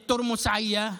את תורמוס עיא,